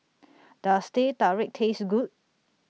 Does Teh Tarik Taste Good